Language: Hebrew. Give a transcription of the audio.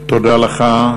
תודה לך.